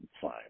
Fine